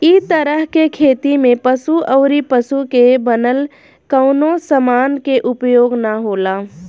इ तरह के खेती में पशु अउरी पशु से बनल कवनो समान के उपयोग ना होला